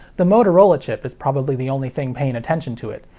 the motorola chip is probably the only thing paying attention to it,